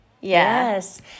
Yes